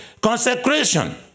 consecration